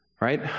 right